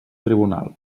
tribunal